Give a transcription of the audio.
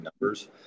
numbers